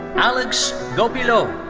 alex goupilleau.